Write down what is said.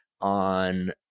on